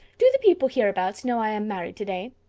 do the people hereabouts know i am married to-day?